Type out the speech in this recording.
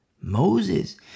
Moses